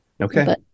okay